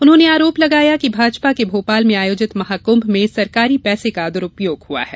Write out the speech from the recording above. उन्होंने आरोप लगाया कि भाजपा के भोपाल में आयोजित महाकुंभ में सरकारी पैसे का दुरुपयोग हुआ है